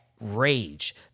rage